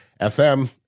FM